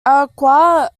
arakawa